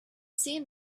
seen